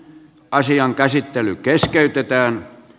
asian käsittely keskeytetään